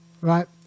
Right